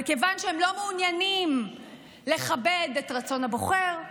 אבל כיוון שהם לא מעוניינים לכבד את רצון הבוחר,